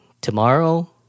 tomorrow